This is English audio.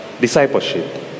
discipleship